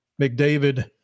McDavid